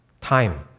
time